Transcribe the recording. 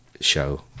show